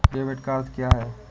Debit का अर्थ क्या है?